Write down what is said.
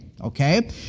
okay